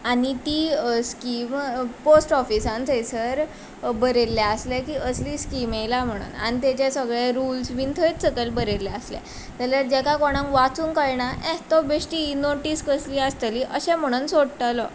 आनी ती scheme post ऑफिसान थंयसर बरयल्लें आसलें की असली स्कीम येल्या म्हण आनी तेचे रुल्स बीन सगळें थंयच सकयल बरयल्लें आसलें जाल्यार जाका कोणाक वाचूंक कळना अें तो बेश्टी ही नोटीस कसली आसतली अशें म्हुणोन सोडटोलो